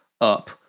up